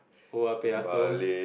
oya-beh-ya-som